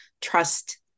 trust